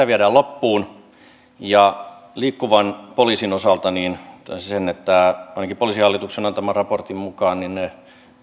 viedään loppuun ja liikkuvan poliisin osalta toteaisin sen että ainakin poliisihallituksen antaman raportin mukaan ne